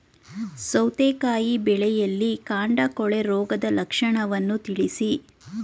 ಸೌತೆಕಾಯಿ ಬೆಳೆಯಲ್ಲಿ ಕಾಂಡ ಕೊಳೆ ರೋಗದ ಲಕ್ಷಣವನ್ನು ತಿಳಿಸಿ?